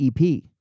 EP